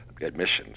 admissions